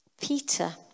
Peter